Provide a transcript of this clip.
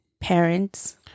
parents